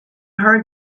heard